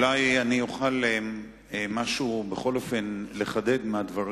אולי אוכל בכל אופן לחדד משהו מהדברים.